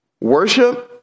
worship